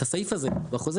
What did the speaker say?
את הסעיף הזה בחוזה.